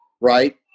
right